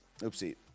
Oopsie